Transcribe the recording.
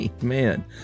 Man